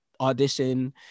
audition